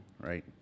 right